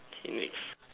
teenage